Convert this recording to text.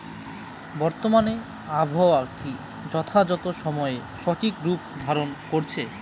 বর্তমানে আবহাওয়া কি যথাযথ সময়ে সঠিক রূপ ধারণ করছে?